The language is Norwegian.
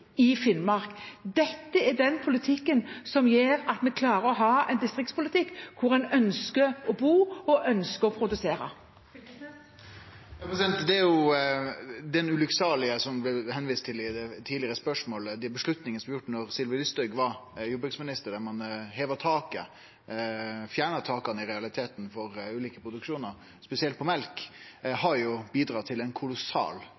i Finnmark. Dette er den politikken – distriktspolitikken – som gjør at vi klarer å ha distrikter hvor en ønsker å bo og ønsker å produsere. Torgeir Knag Fylkesnes – til oppfølgingsspørsmål. Det ulykksalige det blei vist til i eit tidlegare spørsmål, dei avgjerdene som blei gjorde da Sylvi Listhaug var landbruksminister, der ein heva taket – i realiteten fjerna taka for ulike produksjonar, spesielt på